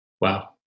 Wow